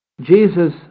Jesus